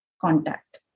contact